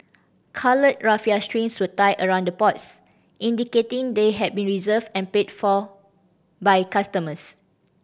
coloured raffia strings were tied around the pots indicating they had been reserved and paid for by customers